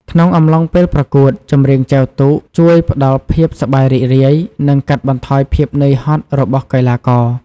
ក្នុងអំឡុងពេលប្រកួត ចម្រៀងចែវទូកជួយ ផ្តល់ភាពសប្បាយរីករាយ និងកាត់បន្ថយភាពនឿយហត់របស់កីឡាករ។